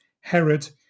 Herod